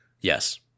Yes